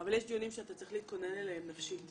אבל יש דיונים שאתה צריך להתכונן אליהם נפשית.